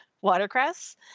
watercress